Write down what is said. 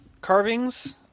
carvings